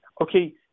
okay